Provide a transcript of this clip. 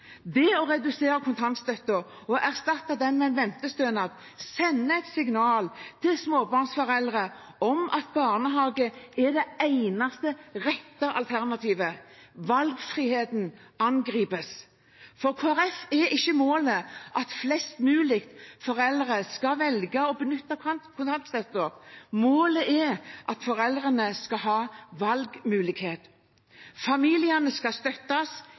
Det å redusere kontantstøtten og erstatte den med en ventestønad sender et signal til småbarnsforeldre om at barnehage er det eneste rette alternativet. Valgfriheten angripes. For Kristelig Folkeparti er ikke målet at flest mulig foreldre skal benytte seg av kontantstøtten. Målet er at foreldrene skal ha valgmulighet. Familiene skal støttes,